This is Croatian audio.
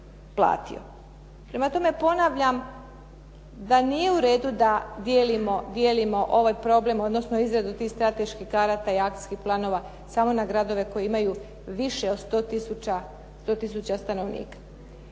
Prema tome, ponavljam da nije u redu da dijelimo ovaj problem, odnosno izradu tih strateških karata i akcijskih planova samo na gradove koji imaju više od 100 tisuća stanovnika.